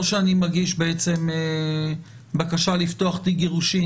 זה לא שאני מגיש בקשה לפתוח תיק גירושין